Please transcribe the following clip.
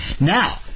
Now